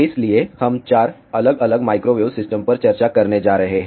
इसलिए हम 4 अलग अलग माइक्रोवेव सिस्टम पर चर्चा करने जा रहे हैं